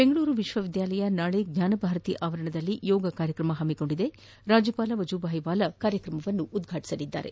ಬೆಂಗಳೂರು ವಿಶ್ವವಿದ್ಯಾಲಯ ನಾಳೆ ಜ್ಞಾನಭಾರತಿ ಆವರಣದಲ್ಲಿ ಯೋಗ ಕಾರ್ಯಕ್ರಮ ಹಮ್ಮಿಕೊಂಡಿದ್ದು ರಾಜ್ಯಪಾಲ ವಜೂಭಾಯಿ ವಾಲಾ ಕಾರ್ಯಕ್ರಮ ಉದ್ಪಾಟಿಸಲಿದ್ದಾರೆ